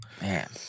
Man